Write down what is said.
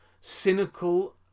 cynical